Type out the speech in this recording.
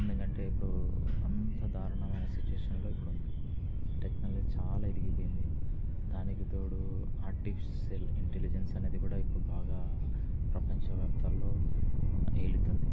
ఎందుకంటే ఇప్పుడు అంత దారుణమైన సిచ్యువేషన్లో ఇప్పుడుంది టెక్నాలజీ చాలా ఎదిగిపోయింది దానికి తోడు ఆర్టిఫిషియల్ ఇంటెలిజెన్స్ అనేది కూడా ఇప్పుడు బాగా ప్రపంచవ్యాప్తంలో ఎలుతుంది